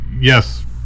yes